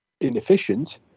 inefficient